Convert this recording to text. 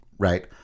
Right